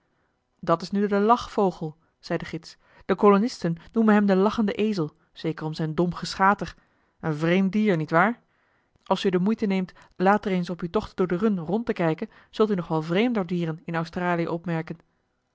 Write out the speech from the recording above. dat is nu de lachvogel zei de gids de kolonisten noemen hem den lachenden ezel zeker om zijn dom geschater een vreemd dier niet waar als u de moeite neemt later eens op uwe tochten door de run rond te kijken zult u nog wel vreemder dieren in australië opmerken